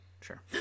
Sure